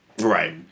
Right